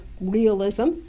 realism